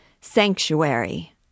Sanctuary